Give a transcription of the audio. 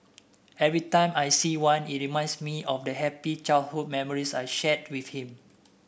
every time I see one it reminds me of the happy childhood memories I shared with him